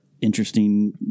interesting